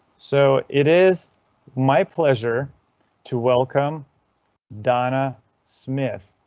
so it is my pleasure to welcome donna smith!